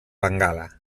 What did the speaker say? bengala